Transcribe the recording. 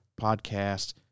podcast